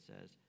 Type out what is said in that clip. says